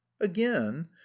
again